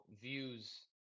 views –